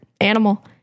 animal